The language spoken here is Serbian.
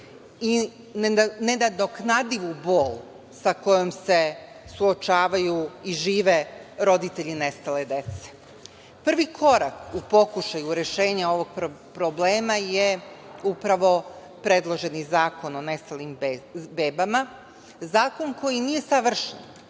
i nenadoknadivu bol sa kojom se suočavaju i žive roditelji nestale dece. Prvi korak u pokušaju rešenja ovog problema je upravo predloženi zakon o nestalim bebama, zakon koji nije savršen